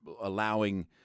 allowing